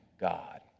God